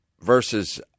versus